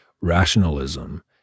rationalism